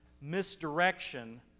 misdirection